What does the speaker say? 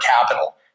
capital